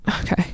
okay